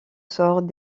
sort